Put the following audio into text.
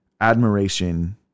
admiration